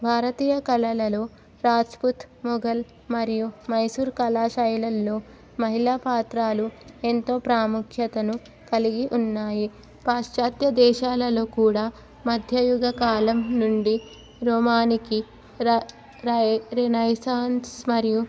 భారతీయ కళలలో రాజపుత్ మొఘల్ మరియు మైసూర్ కళాశైలులలో మహిళా పాత్రలు ఎంతో ప్రాముఖ్యతను కలిగి ఉన్నాయి పాశ్చాత్య దేశాలలో కూడా మధ్యయుగ కాలం నుండి రోమానికి ర రై రనైసాన్స్ మరియు